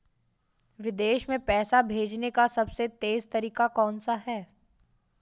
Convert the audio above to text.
विदेश में पैसा भेजने का सबसे तेज़ तरीका कौनसा है?